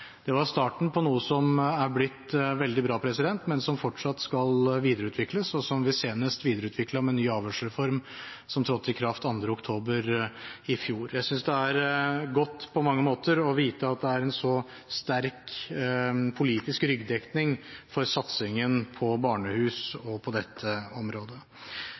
Det var starten på noe som er blitt veldig bra, men som fortsatt skal videreutvikles, og som vi senest videreutviklet med ny avhørsreform som trådte i kraft 2. oktober i fjor. Jeg synes det er godt på mange måter å vite at det er en så sterk politisk ryggdekning for satsingen på barnehus og på dette området.